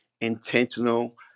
intentional